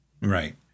Right